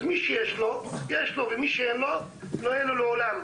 אז מי שיש לו יש לו ומי שאין לו לא יהיה לו לעולם.